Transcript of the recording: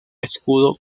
escudo